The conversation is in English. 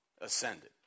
ascended